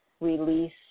release